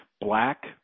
black